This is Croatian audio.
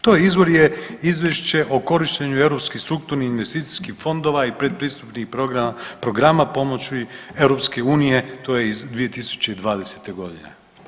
To, izvor je izvješće o korištenju europskih strukturnih investicijskih fondova i pretpristupnih programa pomoći EU, to je iz 2020. godine.